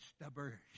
stubborn